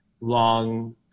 long